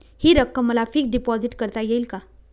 हि रक्कम मला फिक्स डिपॉझिट करता येईल का?